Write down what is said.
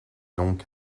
donc